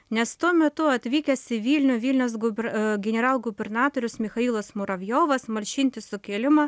nes tuo metu atvykęs į vilnių vilniaus guber a generalgubernatorius michailas muravjovas malšinti sukilimą